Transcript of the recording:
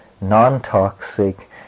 non-toxic